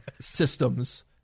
systems